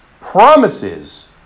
promises